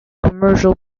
commercial